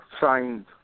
signed